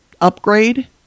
upgrade